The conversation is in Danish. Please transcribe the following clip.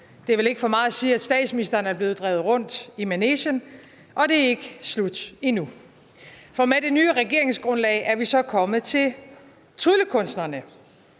Det er vel ikke for meget at sige, at statsministeren er blevet drevet rundt i manegen, og det er ikke slut endnu. For med det nye regeringsgrundlag er vi så kommet til tryllekunstnerne.